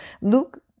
Luke